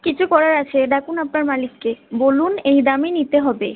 কিছু করার আছে ডাকুন আপনার মালিককে বলুন এই দামই নিতে হবে